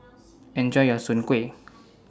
Enjoy your Soon Kuih